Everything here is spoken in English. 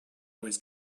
was